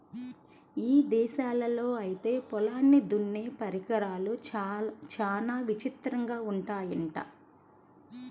ఇదేశాల్లో ఐతే పొలాల్ని దున్నే పరికరాలు చానా విచిత్రంగా ఉంటయ్యంట